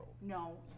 No